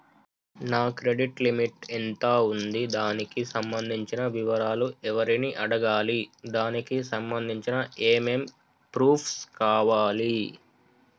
నా credit limit ఎంత ఉంది? దానికి సంబంధించిన వివరాలు ఎవరిని అడగాలి? దానికి సంబంధించిన ఏమేం ప్రూఫ్స్ కావాలి?